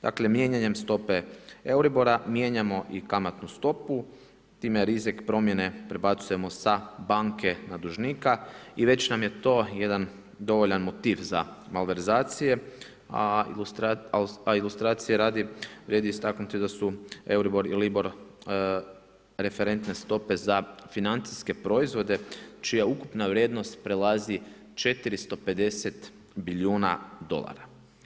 Dakle, mijenjanjem stope EURIBOR-a mijenjamo i kamatnu stopu, time rizik promjene prebacujemo sa banke na dužnika i već nam je to jedan dovoljan motiv za malverzacije a ilustracije radi, vrijedi istaknuti da su EURIBOR i Libor referentne stope za financijske proizvode čija ukupna vrijednost prelazi 450 milijuna dolara.